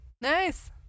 Nice